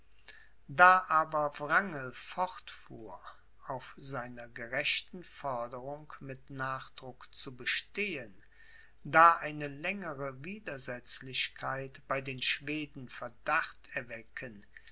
da aber wrangel fortfuhr auf seiner gerechten forderung mit nachdruck zu bestehen da eine längere widersetzlichkeit bei den schweden verdacht erwecken